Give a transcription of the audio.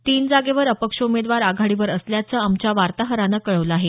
तीन जागेवर अपक्ष उमेदवार आघाडीवर असल्याचं आमच्या वार्ताहरानं कळवलं आहे